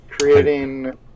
creating